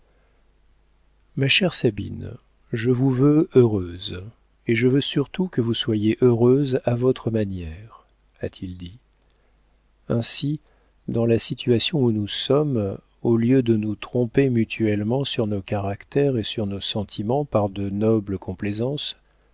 ma chère sabine je vous veux heureuse et je veux surtout que vous soyez heureuse à votre manière a-t-il dit ainsi dans la situation où nous sommes au lieu de nous tromper mutuellement sur nos caractères et sur nos sentiments par de nobles complaisances